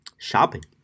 shopping